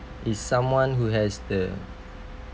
is someone who has the